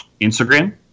Instagram